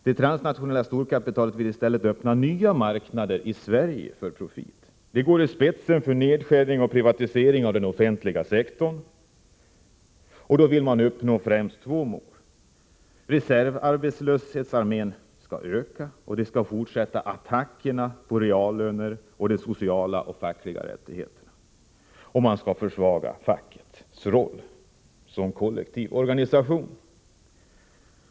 Det transnationella storkapitalet vill i stället öppna nya marknader i Sverige för att uppnå profit. Det går i spetsen för nedskärningar och privatisering av den offentliga sektorn, och det är främst följande mål som man vill uppnå: Reservarmén av arbetslösa skall öka, attackerna på reallöner och de sociala och fackliga rättigheterna skall fortsätta och man vill försvaga facket som kollektiv organisation.